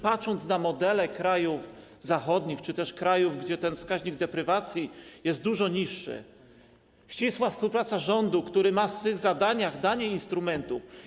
Patrzymy na modele krajów zachodnich czy też krajów, gdzie ten wskaźnik deprywacji jest dużo niższy, gdzie jest ścisła współpraca z rządem, który ma w swych zadaniach dawanie instrumentów.